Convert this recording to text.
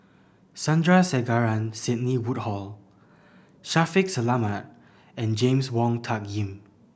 Sandrasegaran Sidney Woodhull Shaffiq Selamat and James Wong Tuck Yim